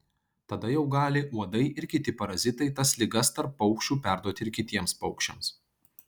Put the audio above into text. tada jau gali uodai ir kiti parazitai tas ligas tarp paukščių perduoti ir kitiems paukščiams